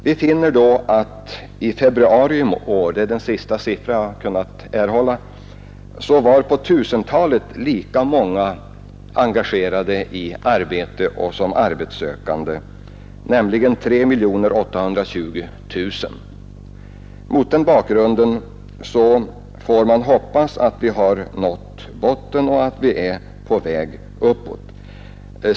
Vi finner då att i februari i år — det är den färskaste siffra jag kunnat erhålla — var på tusentalet lika många engagerade i arbete och som arbetssökande jämfört med februari i fjol, nämligen 3 820 000. Mot den bakgrunden får man hoppas att vi har nått botten och att vi är på väg uppåt.